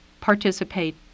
participate